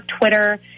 Twitter